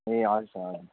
ए हजुर सर हजुर